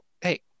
hey